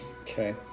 Okay